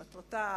שמטרתה,